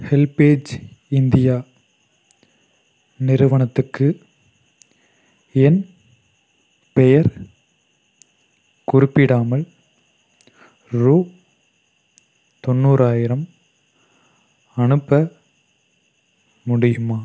HelpAge India நிறுவனத்துக்கு என் பெயர் குறிப்பிடாமல் ரூ தொண்ணூறாயிரம் அனுப்ப முடியுமா